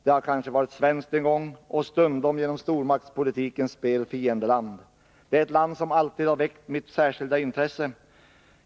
Det har varit svenskt en gång och stundom genom stormaktspolitikens spel fiendeland. Det är ett land som alltid har väckt mitt särskilda intresse.